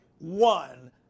one